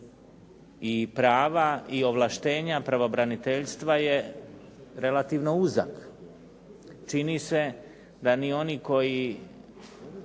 prava i ovlaštena pravobraniteljstva je relativno uzak. Čini se da ni oni koji